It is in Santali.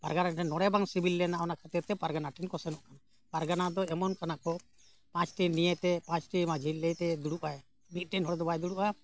ᱯᱟᱨᱜᱟᱱᱟ ᱴᱷᱮᱱ ᱱᱚᱰᱮ ᱵᱟᱝ ᱥᱤᱜᱤᱞ ᱞᱮᱱᱟ ᱚᱱᱟ ᱠᱷᱟᱹᱛᱤᱨ ᱛᱮ ᱯᱟᱨᱜᱟᱱᱟ ᱴᱷᱮᱱ ᱠᱚ ᱥᱮᱱᱚᱜ ᱠᱟᱱᱟ ᱯᱟᱨᱜᱟᱱᱟ ᱫᱚ ᱮᱢᱚᱱ ᱠᱟᱱᱟ ᱠᱚ ᱯᱟᱸᱪᱴᱤ ᱱᱤᱭᱟᱹ ᱛᱮ ᱯᱟᱸᱪᱴᱤ ᱢᱟᱺᱡᱷᱤ ᱞᱟᱹᱭ ᱛᱮ ᱫᱩᱲᱩᱵ ᱟᱭ ᱢᱤᱫᱴᱮᱱ ᱦᱚᱲ ᱫᱚ ᱵᱟᱭ ᱫᱩᱲᱩᱵᱼᱟ